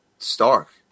Stark